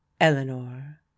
Eleanor